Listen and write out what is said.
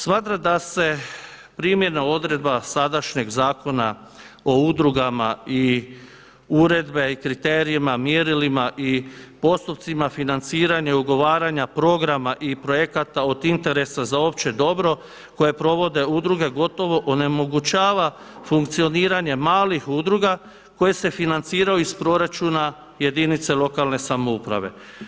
Smatram da se primjena odredba sadašnjeg Zakona o udrugama i uredbe i kriterijima, mjerilima i postupcima financiranja i ugovaranja programa i projekata od interesa za opće dobro koje provode udruge gotovo onemogućava funkcioniranje malih udruga koje se financiraju iz proračuna jedinice lokalne samouprave.